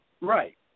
Right